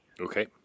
Okay